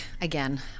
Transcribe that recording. again